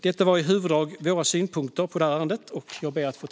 Detta var i huvuddrag våra synpunkter i ärendet.